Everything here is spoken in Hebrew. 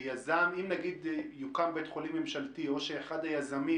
אם יוקם בית חולים ממשלתי או אחד היזמים